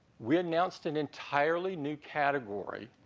we announced an entirely new category.